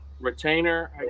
Retainer